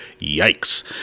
yikes